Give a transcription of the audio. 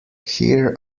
here